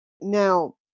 Now